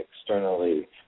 externally